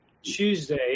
Tuesday